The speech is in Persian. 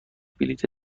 بلیت